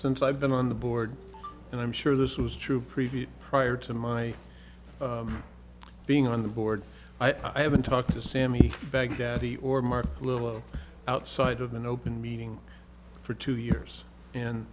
since i've been on the board and i'm sure this was true previewed prior to my being on the board i haven't talked to sammy baghdad he or mark little outside of an open meeting for two years and